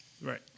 Right